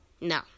No